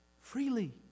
freely